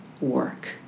work